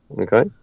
Okay